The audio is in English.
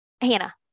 hannah